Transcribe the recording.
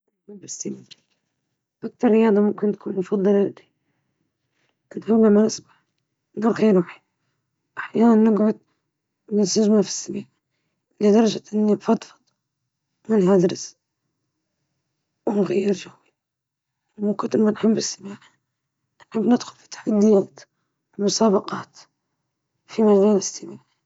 أجيد السباحة، استمتعت بها منذ الطفولة، وأعتبرها طريقة رائعة للبقاء في صحة جيدة.